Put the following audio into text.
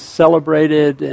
celebrated